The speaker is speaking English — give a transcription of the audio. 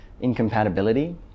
incompatibility